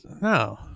no